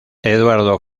eduardo